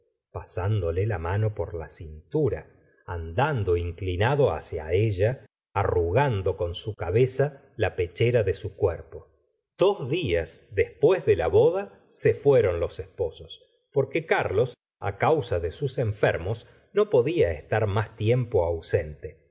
pasándole la mano por la cintura andando inclinado hacia ella arrugando con su cabeza la pechera de su cuerpo dos días después de la boda se fueron los esposos porque carlos causa de sus enfermos no podía estar más tiempo ausente